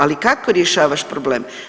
Ali kako rješavaš problem?